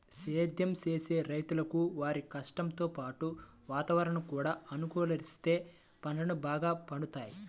సేద్దెం చేసే రైతులకు వారి కష్టంతో పాటు వాతావరణం కూడా అనుకూలిత్తేనే పంటలు బాగా పండుతయ్